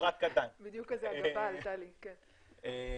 כמה מהם